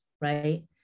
right